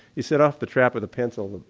he set off the trap with a pencil,